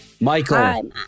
Michael